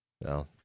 No